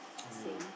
same